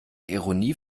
ironie